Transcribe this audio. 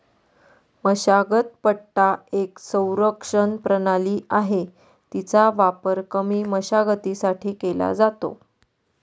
मशागत पट्टा एक संरक्षण प्रणाली आहे, तिचा वापर कमी मशागतीसाठी केला जातो